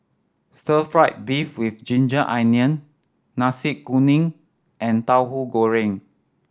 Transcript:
Stir Fry beef with ginger onion Nasi Kuning and Tahu Goreng